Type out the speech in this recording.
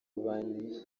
w’ububanyi